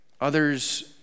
Others